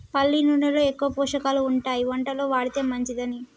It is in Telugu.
పల్లి నూనెలో ఎక్కువ పోషకాలు ఉంటాయి వంటలో వాడితే మంచిదని